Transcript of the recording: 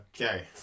Okay